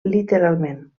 literalment